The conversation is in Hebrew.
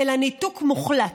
אלא ניתוק מוחלט.